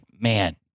man